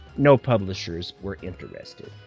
no publishers were interested.